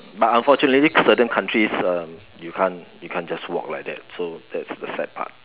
but unfortunately certain countries um you can't you can't just walk like that so that's the sad part